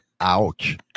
Ouch